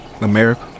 America